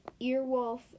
Earwolf